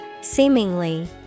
Seemingly